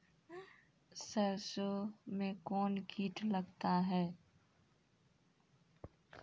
सरसों मे कौन कीट लगता हैं?